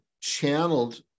channeled